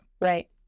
Right